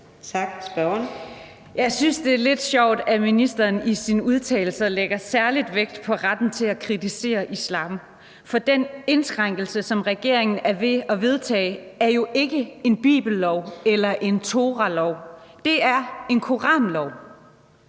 Jeg synes, det er lidt sjovt, at ministeren i sine udtalelser lægger særlig vægt på retten til at kritisere islam. For den indskrænkelse, som regeringen er ved at vedtage, er jo ikke en bibellov eller en toralov; det er en koranlov.